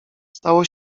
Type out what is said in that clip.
stało